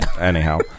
anyhow